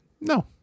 no